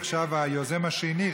עכשיו היוזם השני,